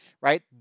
Right